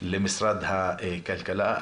למשרד הכלכלה.